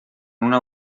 una